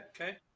Okay